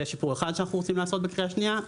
זה שיפור אחד שאנחנו רוצים לעשות בקריאה השנייה.